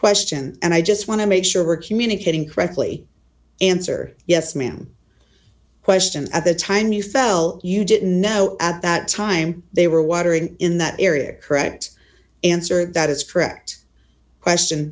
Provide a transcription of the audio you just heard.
question and i just want to make sure we're communicating correctly answer yes ma'am question at the time you fell you didn't know at that time they were watering in that area correct answer that is correct question